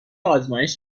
آزمایش